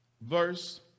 Verse